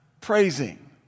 praising